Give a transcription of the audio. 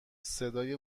صدای